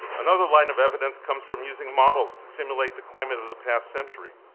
another line of evidence comes from using models to simulate the climate of the past century.